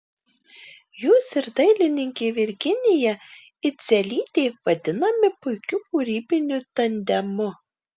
jūs ir dailininkė virginija idzelytė vadinami puikiu kūrybiniu tandemu